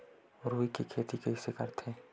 रुई के खेती कइसे करथे?